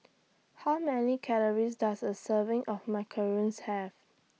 How Many Calories Does A Serving of Macarons Have